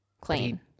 Clean